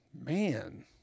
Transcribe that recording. man